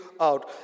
out